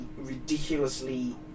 ridiculously